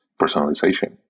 personalization